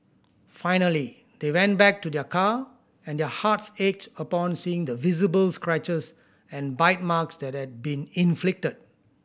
finally they went back to their car and their hearts ached upon seeing the visible scratches and bite marks that had been inflicted